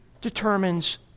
determines